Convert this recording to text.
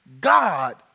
God